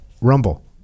Rumble